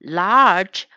large